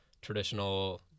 traditional